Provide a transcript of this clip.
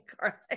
garlic